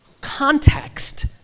Context